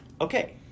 Okay